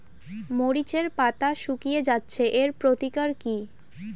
মরিচের পাতা শুকিয়ে যাচ্ছে এর প্রতিকার কি?